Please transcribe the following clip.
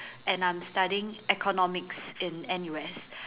and I'm studying economics in N_U_S